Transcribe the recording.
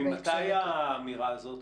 ממתי האמירה הזאת?